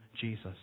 Jesus